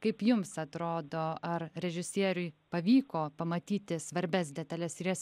kaip jums atrodo ar režisieriui pavyko pamatyti svarbias detales ir jas